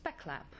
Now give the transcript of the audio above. SpecLab